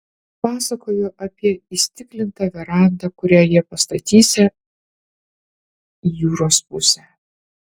pasakojo apie įstiklintą verandą kurią jie pastatysią į jūros pusę